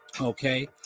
okay